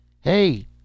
Hey